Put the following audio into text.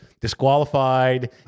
disqualified